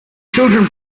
children